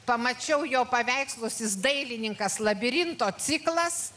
pamačiau jo paveikslus jis dailininkas labirinto ciklas